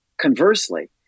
conversely